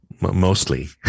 mostly